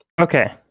okay